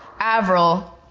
avril,